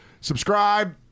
Subscribe